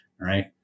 right